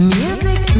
music